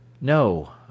No